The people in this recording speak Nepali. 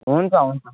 हुन्छ हुन्छ